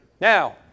Now